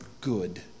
good